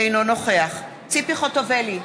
אינו נוכח ציפי חוטובלי,